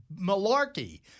malarkey